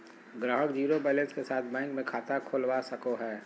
ग्राहक zero balance के साथ बैंक मे खाता खोलवा सको हय